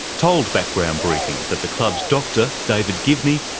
told background briefing that the club's doctor, david givney,